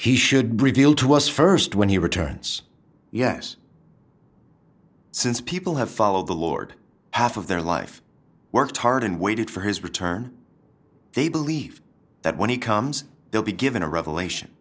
lord he should reveal to us st when he returns yes since people have followed the lord half of their life worked hard and waited for his return they believe that when he comes they'll be given a revelation